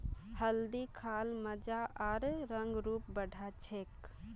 हल्दी खा ल मजा आर रंग रूप बढ़ा छेक